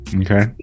Okay